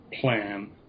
plan